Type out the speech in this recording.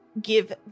give